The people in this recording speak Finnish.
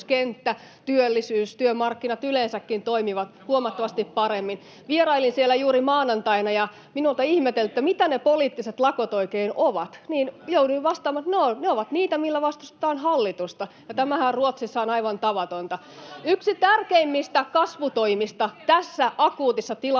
työllisyys ja työmarkkinat yleensäkin toimivat huomattavasti paremmin. Vierailin siellä juuri maanantaina, ja kun minulta ihmeteltiin, mitä ne poliittiset lakot oikein ovat, niin jouduin vastaamaan: ”No, ne ovat niitä, millä vastustetaan hallitusta.” Tämähän Ruotsissa on aivan tavatonta. [Li Anderssonin välihuuto] Yksi tärkeimmistä kasvutoimista tässä akuutissa tilanteessa